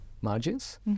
margins